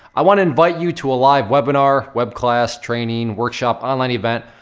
i wanna invite you to a live webinar web class, training, workshop, online event.